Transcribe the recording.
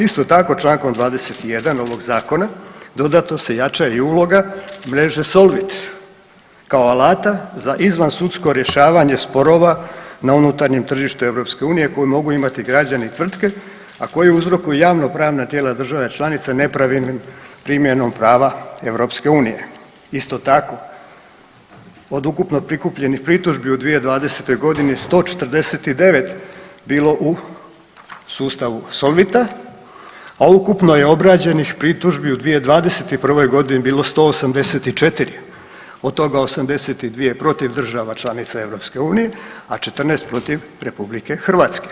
Isto tako člankom 21. ovog zakona dodatno se jača i uloga mreže Solvit kao alata za izvansudsko rješavanje sporova na unutarnjem tržištu EU koje mogu imati građani i tvrtke a koji uzrokuju javnopravna tijela država članica nepravilnim primjenom prava EU, isto tako od ukupno prikupljenih pritužbi u 2020. godini 149 bilo u sustavu Solvita a ukupno je obrađenih pritužbi u 2021. godini 184 od toga 82 protiv država članica EU a 14 protiv RH.